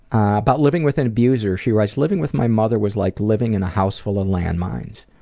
about living with an abuser she writes living with my mother was like living in a house full of land mines.